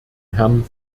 herrn